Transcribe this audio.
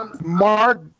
Mark